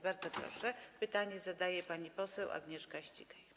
Bardzo proszę, pytanie zadaje pani poseł Agnieszka Ścigaj.